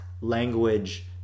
language